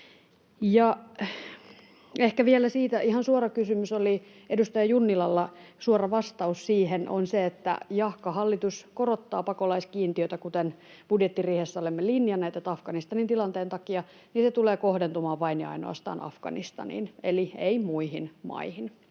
suora kysymys oli edustaja Junnilalla. Suora vastaus siihen on se, että jahka hallitus korottaa pakolaiskiintiötä Afganistanin tilanteen takia, kuten budjettiriihessä olemme linjanneet, tämä lisäys tulee kohdentumaan vain ja ainoastaan Afganistaniin eli ei muihin maihin.